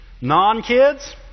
Non-kids